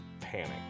panic